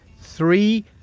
three